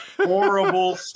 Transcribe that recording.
horrible